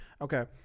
Okay